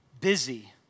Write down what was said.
busy